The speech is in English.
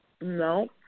No